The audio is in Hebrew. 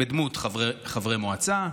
בדמות חברי מועצה,